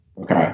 Okay